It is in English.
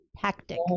tactic